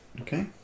Okay